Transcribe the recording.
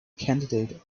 candidate